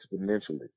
exponentially